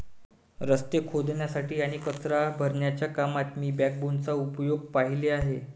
रस्ते खोदण्यासाठी आणि कचरा भरण्याच्या कामात मी बॅकबोनचा उपयोग पाहिले आहेत